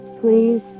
Please